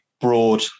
Broad